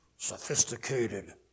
Sophisticated